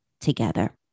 together